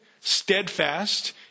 Steadfast